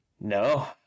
no